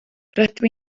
rydw